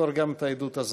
נזכור גם את העדות הזאת.